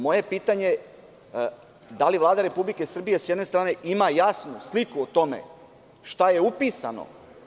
Moje pitanje je da li Vlada Republike Srbije sa jedne strane ima jasnu sliku o tome šta je upisano?